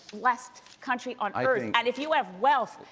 blessed country on earth, and if you have wealth,